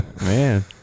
Man